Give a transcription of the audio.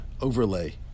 overlay